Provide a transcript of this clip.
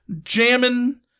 jamming